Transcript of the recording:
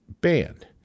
band